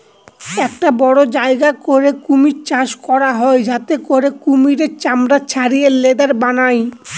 একটা বড়ো জায়গা করে কুমির চাষ করা হয় যাতে করে কুমিরের চামড়া ছাড়িয়ে লেদার বানায়